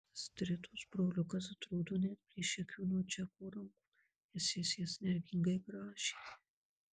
astridos broliukas atrodo neatplėšė akių nuo džeko rankų nes jis jas nervingai grąžė